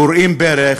כורעים ברך.